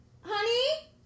Honey